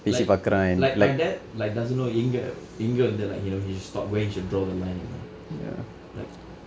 like like my dad like doesn't know எங்க எங்க வந்து:enga enga vandthu like you know you should stop where he should draw the line you know like